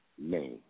name